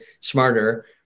smarter